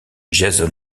jason